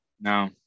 No